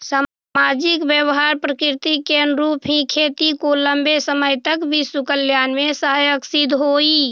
सामाजिक व्यवहार प्रकृति के अनुरूप ही खेती को लंबे समय तक विश्व कल्याण में सहायक सिद्ध होई